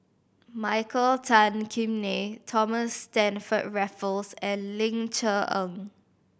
Michael Tan Kim Nei Thomas Stamford Raffles and Ling Cher Eng